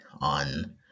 on